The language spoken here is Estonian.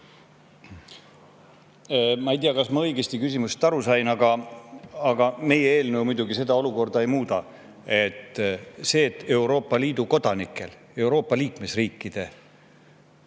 Ma ei tea, kas ma küsimusest õigesti aru sain. Meie eelnõu muidugi seda olukorda ei muuda. See, et Euroopa Liidu kodanikel, Euroopa liikmesriikide